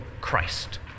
Christ